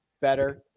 better